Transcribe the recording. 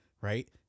right